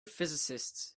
physicists